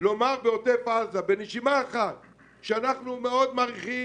לומר בנשימה אחת לעוטף עזה שאנחנו מאוד מעריכים